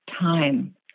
time